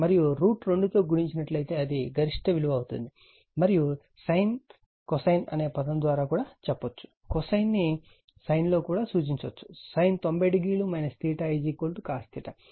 మరియు √2 తో గుణించి నట్లయితే అది గరిష్ట విలువ అవుతుంది మరియు sin cosine అనే పదం ద్వారా సూచించవచ్చు cosine ను sin లో కూడా సూచించవచ్చు sin 90 o cos